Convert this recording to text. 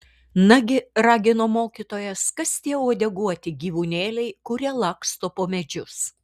nagi ragino mokytojas kas tie uodeguoti gyvūnėliai kurie laksto po medžius